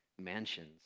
mansions